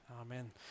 Amen